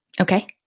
Okay